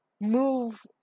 move